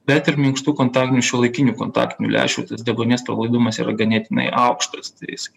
bet ir minkštų kontaktinių šiuolaikinių kontaktinių lęšių deguonies pralaidumas yra ganėtinai aukštas tai jis